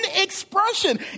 expression